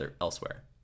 elsewhere